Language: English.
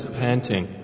panting